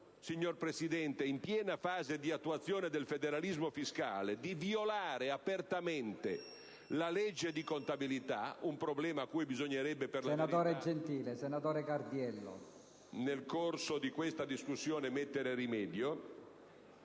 signor Presidente, in piena fase di attuazione del federalismo fiscale, di violare apertamente la legge di contabilità - un problema a cui, per la verità, nel corso di questa discussione, bisognerebbe